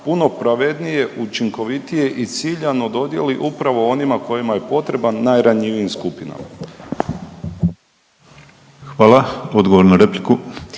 puno pravednije, učinkovitije i ciljano dodijeli upravo onima kojima je potreban najranjivijim skupinama. **Penava, Ivan (DP)**